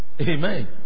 Amen